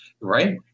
right